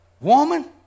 woman